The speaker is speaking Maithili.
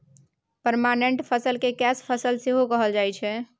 परमानेंट फसल केँ कैस फसल सेहो कहल जाइ छै